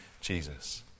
Jesus